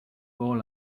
all